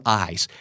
eyes